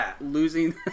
losing